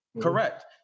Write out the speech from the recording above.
correct